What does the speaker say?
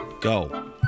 Go